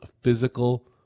physical